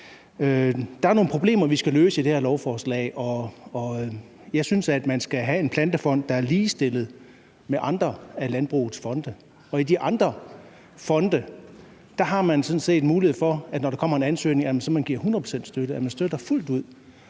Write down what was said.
Der er nogle problemer i det her lovforslag, vi skal løse, og jeg synes, at man skal have en plantefond, der er ligestillet med andre af landbrugets fonde. I de andre fonde har man sådan set mulighed for, når der kommer en ansøgning, at give hundrede procent støtte, altså at man støtter fuldt ud.